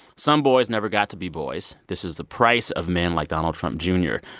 some boys never got to be boys. this is the price of men like donald trump jr.